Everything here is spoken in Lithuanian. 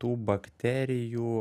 tų bakterijų